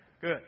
good